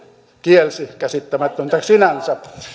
kielsi käsittämätöntä sinänsä